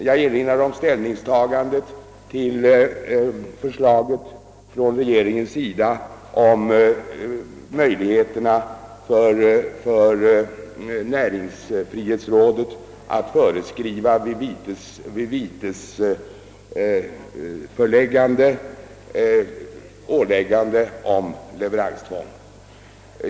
Jag kan erinra om ställningstagandet till regeringens förslag beträffande möjligheterna för näringsfrihetsrådet att vid vitesföreläggande föreskriva åläggande av leveranstvång.